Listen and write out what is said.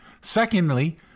Secondly